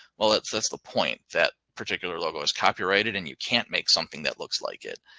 well, that's that's the point that particular logo is copyrighted and you can't make something that looks like it.